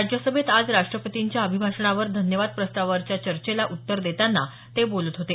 राज्यसभेत आज राष्ट्रपतींच्या अभिभाषणावर धन्यवाद प्रस्तावावरच्या चर्चेला उत्तर देताना ते बोलत होते